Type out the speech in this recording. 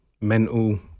mental